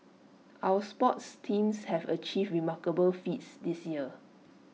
our sports teams have achieved remarkable feats this year